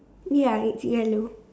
ya it's yellow